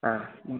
ಹಾಂ ಹ್ಞೂ